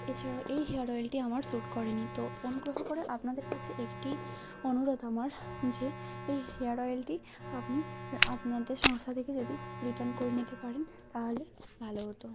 এছাড়াও এই হেয়ার অয়েলটি আমার স্যুট করেনি তো অনুগ্রহ করে আপনাদের কাছে একটি অনুরোধ আমার যে এই হেয়ার অয়েলটি আপনি আপনাদের সংস্থা থেকে যদি রিটার্ন করে নিতে পারেন তাহলে ভালো হতো